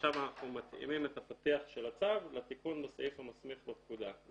ועכשיו אנחנו מתאימים את הפתיח של הצו לתיקון בסעיף המסמיך בפקודה.